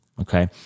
okay